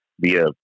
via